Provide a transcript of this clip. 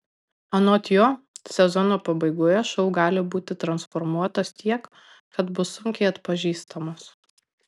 anot jo sezono pabaigoje šou gali būti transformuotas tiek kad bus sunkiai atpažįstamas